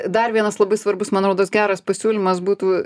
dar vienas labai svarbus man rodos geras pasiūlymas būtų